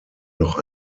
noch